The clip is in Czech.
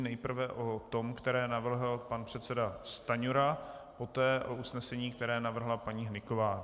Nejprve o tom, které navrhl pan předseda Stanjura, poté o usnesení, které navrhla paní Hnyková.